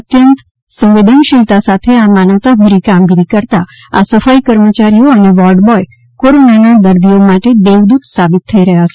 અત્યંત સંવેદનશીલતા સાથે આ માનવતા ભરી કામગીરી કરતા આ સફાઈ કર્મચારીઓ અને વોર્ડ બોય કોરોનાના દર્દીઓ માટે દેવદ્રત સાબિત થઇ રહ્યા છે